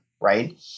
right